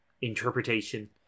interpretation